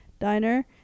Diner